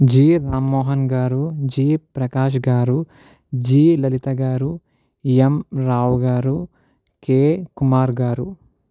G Rammohan garu G ప్రకాష్గారు G Lalitha garu M Rao garu K Kumar గారు